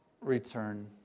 return